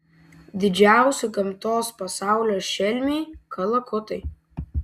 didžiausi gamtos pasaulio šelmiai kalakutai